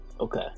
Okay